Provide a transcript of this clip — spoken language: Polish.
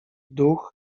duch